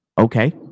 Okay